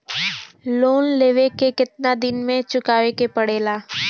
Loan लेवे के कितना दिन मे चुकावे के पड़ेला?